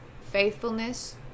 faithfulness